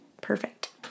Perfect